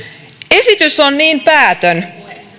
esitys on niin päätön